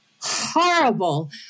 horrible